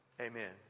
Amen